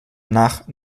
nach